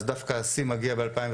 אז דווקא השיא מגיע ב-2015,